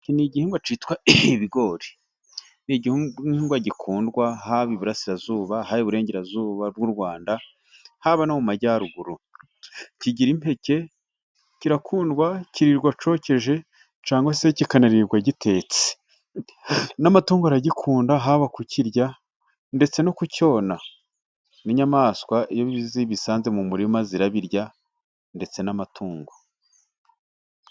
Ni igihingwa cyitwa ibigori. Igihingwa gikundwa haba iburasirazuba, haba iburengerazuba bw'u Rwanda, haba no mu majyaruguru. Kigira impeke, kirakundwa, kiribwa cokeje cyangwa se kikanarirwa gitetse, n'amatungo aragikunda haba kukirya ndetse no kucyona n'inyamaswa iyo zibisanze mu murima zirabirya ndetse n'amatungo.